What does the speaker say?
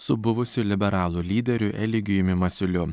su buvusiu liberalų lyderiu eligijumi masiuliu